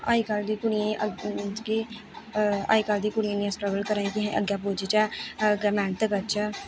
अज्जकल दी कुड़ियें गी अग्गूं मींस कि अज्जकल दी कुड़ियें इन्नियां स्ट्रगल करा दियां कि अग्गें पुज्जचै अग्गें मेहनत करचै